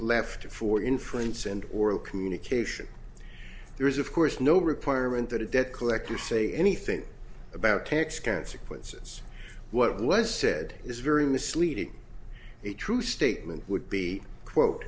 left for inference and oral communication there is of course no reporter meant that a debt collector say anything about tax consequences what was said is very misleading the true statement would be quote